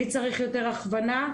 מי צריך יותר הכוונה,